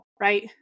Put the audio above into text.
right